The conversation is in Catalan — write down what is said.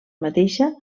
mateixa